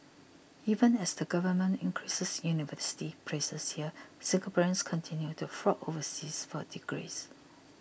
even as the Government increases university places here Singaporeans continue to flock overseas for degrees